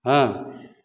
हँ